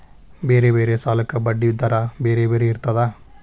ಬೇರೆ ಬೇರೆ ಸಾಲಕ್ಕ ಬಡ್ಡಿ ದರಾ ಬೇರೆ ಬೇರೆ ಇರ್ತದಾ?